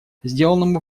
сделанному